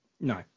no